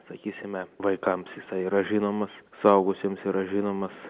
sakysime vaikams jisai yra žinomas suaugusiems yra žinomas